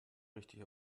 richtig